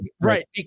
right